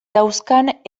dauzkan